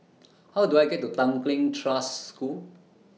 How Do I get to Tanglin Trust School